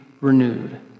renewed